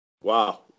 Wow